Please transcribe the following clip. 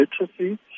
literacy